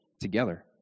together